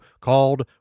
called